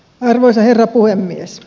arvoisa herra puhemies